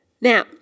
Now